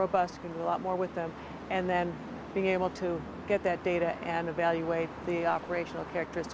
robust can a lot more with them and then being able to get that data and evaluate the operational character